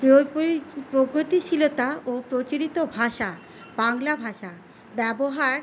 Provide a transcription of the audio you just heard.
প্রগতিশীলতা ও প্রচলিত ভাষা বাংলা ভাষা ব্যবহার